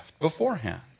beforehand